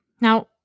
Now